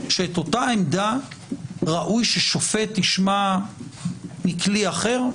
שאת אותה עמדה ראוי ששופט ישמע מכלי אחר?